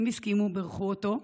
הם הסכימו, בירכו אותו,